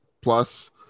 plus